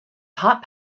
heart